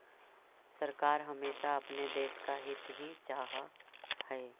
सरकार हमेशा अपने देश का हित ही चाहा हई